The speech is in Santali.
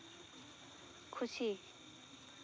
ᱠᱷᱩᱥᱤ